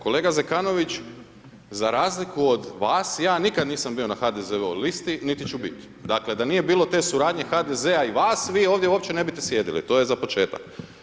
Kolega Zekanović, za razliku od vas, ja nikada nisam bio na HDZ-ovoj listi, niti ću bit, dakle, da nije bilo te suradnje HDZ-a i vas, vi ovdje uopće ne biste sjedili, to je za početak.